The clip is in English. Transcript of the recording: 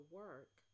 work